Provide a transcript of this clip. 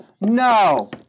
no